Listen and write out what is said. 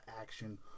action